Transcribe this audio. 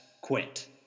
quit